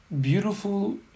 beautiful